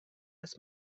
das